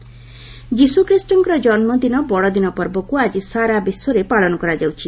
Christmas ଯୀଶୁଖ୍ରୀଷ୍ଟଙ୍କ ଜନ୍ମଦିନ ବଡ଼ଦିନ ପର୍ବକୁ ଆଜି ସାରା ବିଶ୍ୱରେ ପାଳନ କରାଯାଉଛି